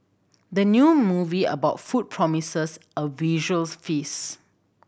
the new movie about food promises a visuals feast